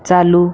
चालू